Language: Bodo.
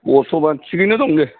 बरथ'मान थिगैनो दंदे